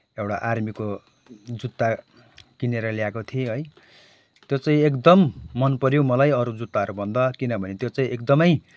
एउटा आर्मीको जुत्ता किनेर ल्याएको थिएँ है त्यो चाहिँ एकदम मनपऱ्यो मलाई अरू जुत्ताहरूभन्दा किनभने त्यो चाहिँ एकदमै